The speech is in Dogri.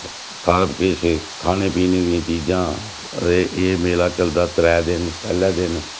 सब किश खाने पीने दियां चीज़ां एह् एह् मेला चलदा त्रै दिन पैह्ले दिन